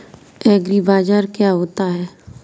एग्रीबाजार क्या होता है?